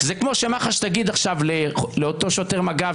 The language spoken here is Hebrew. זה כמו שמח"ש תגיד עכשיו לאותו שוטר מג"ב